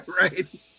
Right